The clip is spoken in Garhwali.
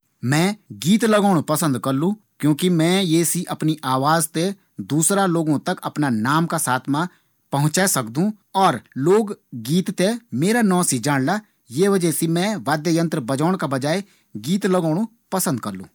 मैं गीत लगोणु पसंद करलु क्योंकि ये सी मैं अफणी आवाज अफणा नाम का साथ दूसरों तक पहुंचे सकदु। और लोग गीत थें मेरा नाम से जाणला। ये वजह से मैं वाद्ययंत्र बजोंणु ना बल्कि गीत लगोणु पसंद करलू